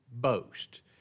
boast